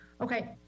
Okay